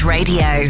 Radio